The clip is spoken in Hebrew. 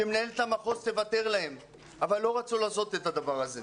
שמנהלת המחוז תוותר להם אבללא רצו לעשות את הדבר הזה.